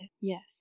Yes